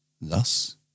Thus